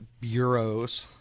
bureaus